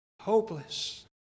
hopeless